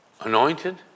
Anointed